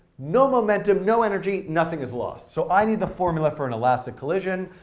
no momentum, no energy, nothing is lost. so i need the formula for an elastic collision.